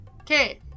Okay